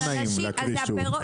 אז הפירות,